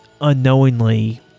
unknowingly